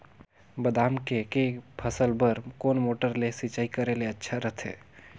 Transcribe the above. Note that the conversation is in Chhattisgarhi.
बादाम के के फसल बार कोन मोटर ले सिंचाई करे ले अच्छा रथे?